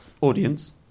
Audience